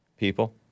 people